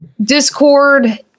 discord